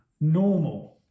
normal